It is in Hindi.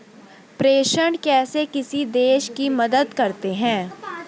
प्रेषण कैसे किसी देश की मदद करते हैं?